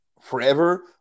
forever